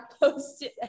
posted